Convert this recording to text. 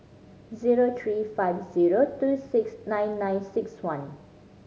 zero three five zero two six nine nine six one